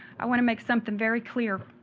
i want to make something very clear.